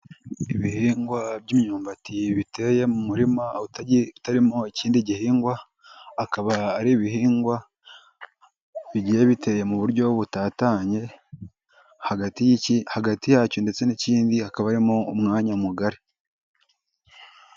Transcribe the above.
Ibihingwa by'imyumbati biteye mu murima utagira utarimo ikindi gihingwa. Akaba ari ibihingwa, bigiye biteye mu buryo butatanye, hagati yiki hagati yacyo ndetse n'ikindi hakaba harimo umwanya mugari.